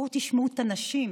בואו תשמעו את הנשים,